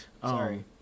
Sorry